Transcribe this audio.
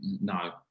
No